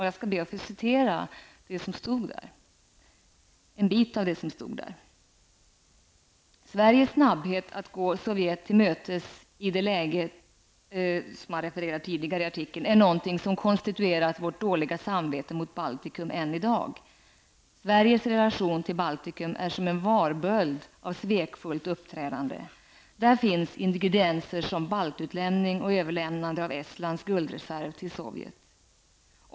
Jag skall be att få citera en del av det som anfördes i artikeln: ''Sveriges snabbhet att gå Sovjet till mötes i det läget är nog någonting som konstituerat vårt dåliga samvete mot Baltikum än i dag. Sveriges relation till Baltikum är som en varböld av svekfullt uppträdande. Där finns ingredienser som baltutlämningen och överlämnandet av Estlands guldreserv till Sovjet.